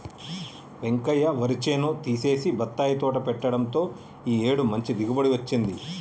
వెంకయ్య వరి చేను తీసేసి బత్తాయి తోట పెట్టడంతో ఈ ఏడు మంచి దిగుబడి వచ్చింది